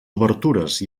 obertures